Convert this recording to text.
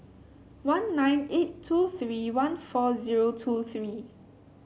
one nine eight two three one four zero two three